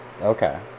Okay